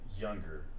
younger